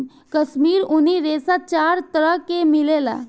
काश्मीरी ऊनी रेशा चार तरह के मिलेला